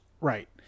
Right